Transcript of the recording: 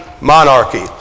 monarchy